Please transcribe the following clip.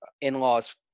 in-laws